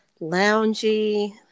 loungy